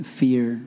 fear